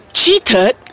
cheated